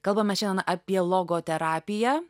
kalbame šiandien apie logoterapiją